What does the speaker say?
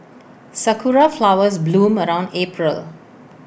Sakura Flowers bloom around April